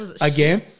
Again